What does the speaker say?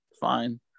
fine